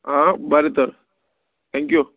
आं बरें तर थँक्यू आ